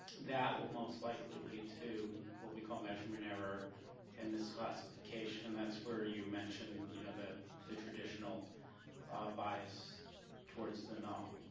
that will most likely lead to what we call measurement error and misclassification and that's where you mentioned you know the the traditional bias towards the null.